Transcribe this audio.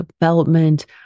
development